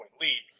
lead